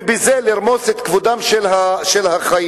ובזה לרמוס את כבודם של החיים?